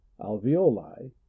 alveoli